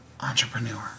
entrepreneur